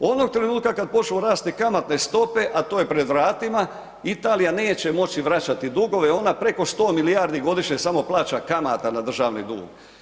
Onog trenutka kad počnu rasti kamatne stope a to je pred vratima, Italija neće moći vraćati dugove, ona preko 100 milijardi godišnje samo plaća kamata na državni dug.